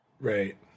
Right